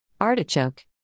artichoke